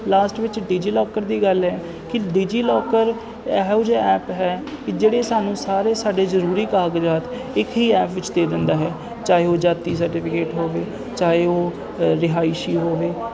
last ਵਿੱਚ DigiLocker ਦੀ ਗੱਲ ਹੈ ਕਿ ਡੀਜੀਲੋਕਰ ਇਹੋ ਜਿਹੇ ਐਪ ਹੈ ਕਿ ਜਿਹੜੇ ਸਾਨੂੰ ਸਾਰੇ ਸਾਡੇ ਜ਼ਰੂਰੀ ਕਾਗਜਾਤ ਇੱਕ ਹੀ ਐਪ ਵਿੱਚ ਦੇ ਦਿੰਦਾ ਹੈ ਚਾਹੇ ਉਹ ਜਾਤੀ ਸਰਟੀਫਿਕੇਟ ਹੋਵੇ ਚਾਹੇ ਉਹ ਰਿਹਾਇਸ਼ੀ ਹੋਵੇ